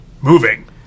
moving